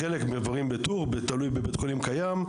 חלק מהדברים בתור, תלוי בבית חולים קיים,